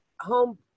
home